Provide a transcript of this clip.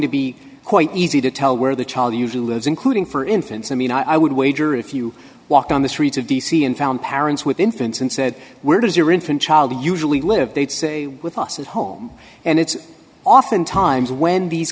to be quite easy to tell where the child usually lives including for instance i mean i would wager if you walked on the streets of d c and found parents with infants and said where does your infant child usually live they'd say with us at home and it's often times when